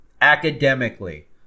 academically